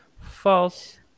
false